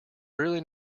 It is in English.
really